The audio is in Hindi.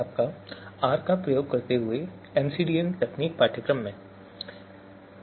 आर का उपयोग करते हुए एमसीडीएम तकनीक पाठ्यक्रम में आपका स्वागत है